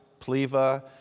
pleva